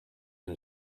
and